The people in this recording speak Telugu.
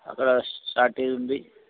అక్కడ షార్టేజ్ ఉంది